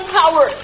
power